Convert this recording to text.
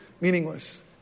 meaningless